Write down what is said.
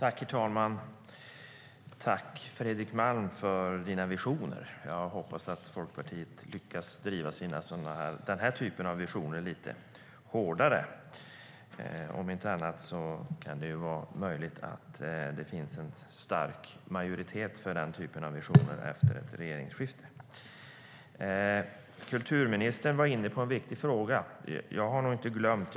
Herr talman! Tack, Fredrik Malm, för dina visioner! Jag hoppas att Folkpartiet lyckas driva den här typen av visioner lite hårdare. Om inte annat kan det vara möjligt att det finns en stark majoritet för den typen av visioner efter ett regeringsskifte. Kulturministern var inne på en viktig fråga. Jag har nog inte glömt.